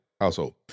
household